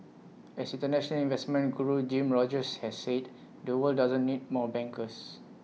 as International investment Guru Jim Rogers has said the world doesn't need more bankers